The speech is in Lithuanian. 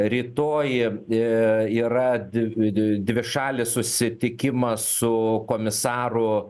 rytoj i yra dvi dvi dvišalis susitikimas su komisaru